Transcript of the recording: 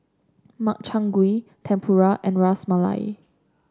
Makchang Gui Tempura and Ras Malai